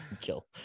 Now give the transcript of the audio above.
kill